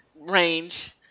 range